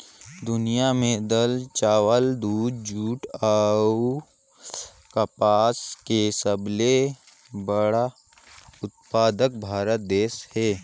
दुनिया में दाल, चावल, दूध, जूट अऊ कपास के सबले बड़ा उत्पादक भारत देश हे